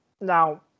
now